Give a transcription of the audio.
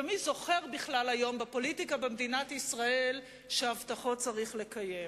ומי זוכר בכלל היום בפוליטיקה במדינת ישראל שהבטחות צריך לקיים?